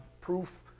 proof